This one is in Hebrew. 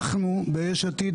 אנחנו ביש עתיד,